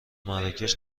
مراکش